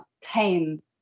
tame